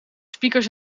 speakers